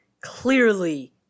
clearly